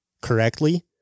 correctly